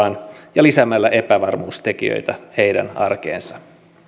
ja lisäämällä epävarmuustekijöitä heidän arkeensa